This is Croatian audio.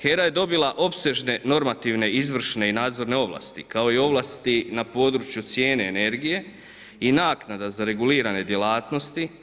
HERA je dobila opsežne, normativne, izvršne i nadzorne ovlasti kao i ovlasti na području cijene energije i naknada za reguliranje djelatnosti.